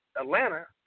Atlanta